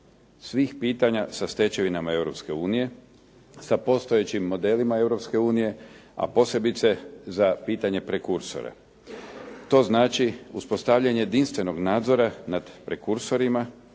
svih pitanja sa stečevinama EU, sa postojećim modelima EU, a posebice za pitanje prekursora. To znači uspostavljanje jedinstvenog nadzora nad prekursorima